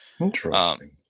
Interesting